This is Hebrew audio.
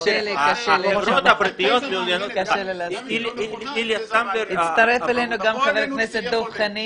אבל החברות הפרטיות מעוניינות --- הצטרף אלינו גם חבר הכנסת דב חנין.